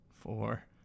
Four